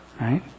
Right